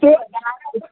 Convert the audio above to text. تہٕ